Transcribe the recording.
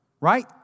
Right